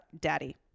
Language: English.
daddy